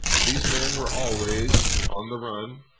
these men were always on the run.